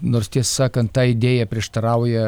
nors tiesa kad ta idėja prieštarauja